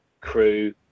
crew